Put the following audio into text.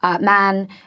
man